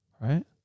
right